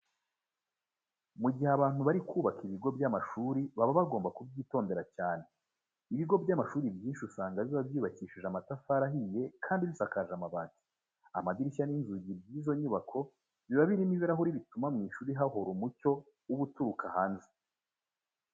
Mu gihe abantu bari kubaka ibigo by'amashuri baba bagomba kubyitondera cyane. Ibigo by'amashuri byinshi usanga biba byubakishije amatafari ahiye kandi bisakaje n'amabati. Amadirishya n'inzugi by'izo nyubako biba birimo ibirahure bituma mu ishuri hahora umucyo uba uturuka hanze.